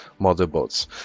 motherboards